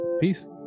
Peace